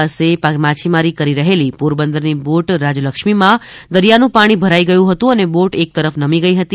પાસે માછીમારી કરી રહેલી પોરબંદરની બોટ રાજલક્ષ્મીમાં દરિયાનું પાણી ભરાઇ ગયું હતું અને બોટ એક તરફ નમી ગઇ હતી